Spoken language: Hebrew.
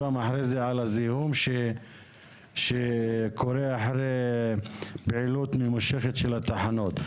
גם אחרי זה על הזיהום שקורה אחרי פעילות ממושכת של התחנות.